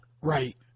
Right